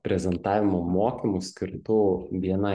prezentavimo mokymų skirtų bni